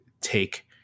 take